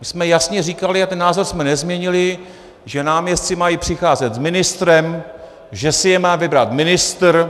My jsme jasně říkali, a ten názor jsme nezměnili, že náměstci mají přicházet s ministrem, že si je má vybrat ministr.